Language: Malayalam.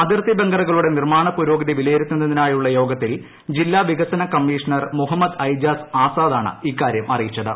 അതിർത്തി ബങ്കറുകളുടെ നിർമ്മാണ പുരോഗതി വിലയിരുത്തുന്നതിനായുള്ള യോഗത്തിൽ ജില്ലാ വികസന കമ്മീഷണർ മുഹമ്മദ് ഐജാസ് ആസാദാണ് ഇക്കാര്യം അറിയിച്ചത്